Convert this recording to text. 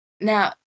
Now